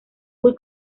muy